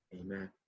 Amen